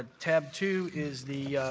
ah tab two is the